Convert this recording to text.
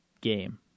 game